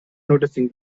noticing